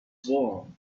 warm